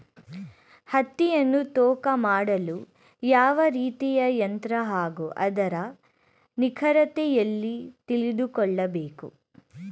ಹತ್ತಿಯನ್ನು ತೂಕ ಮಾಡಲು ಯಾವ ರೀತಿಯ ಯಂತ್ರ ಹಾಗೂ ಅದರ ನಿಖರತೆ ಎಲ್ಲಿ ತಿಳಿದುಕೊಳ್ಳಬೇಕು?